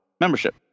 membership